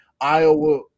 iowa